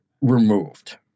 removed